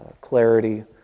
clarity